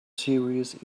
serious